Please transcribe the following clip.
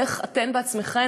איך אתן בעצמכן